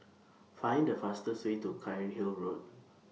Find The fastest Way to Cairnhill Road